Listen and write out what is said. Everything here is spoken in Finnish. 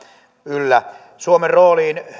yllä suomen rooliin